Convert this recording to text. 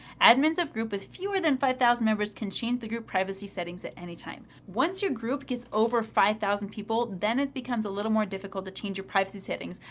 admins of group with fewer than five thousand members can change the group privacy settings at any time. once your group gets over five thousand people, then it becomes a little more difficult to change your privacy settings.